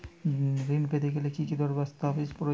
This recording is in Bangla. ঋণ পেতে গেলে কি কি দস্তাবেজ প্রয়োজন?